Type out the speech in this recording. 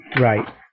right